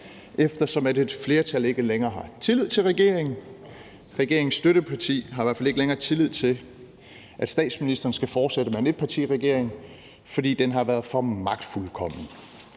eftersom et flertal ikke længere har tillid til regeringen. Regeringens støtteparti har i hvert fald ikke længere tillid til, at statsministeren fortsætter med en etpartiregering, fordi den har været for magtfuldkommen.